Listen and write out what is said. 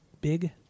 big